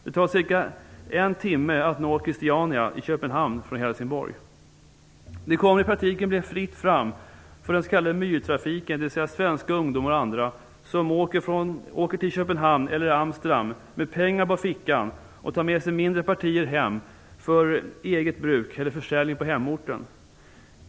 Det tar endast en timme att nå Christiania i Köpenhamn från Helsingborg.Det kommer i praktiken att bli fritt fram för den s.k. myrtrafiken, dvs. svenska ungdomar och andra som åker till Köpenhamn eller Amsterdam med pengar på fickan och tar med sig mindre partier hem för eget bruk eller för försäljning på hemorten.